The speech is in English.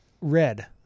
red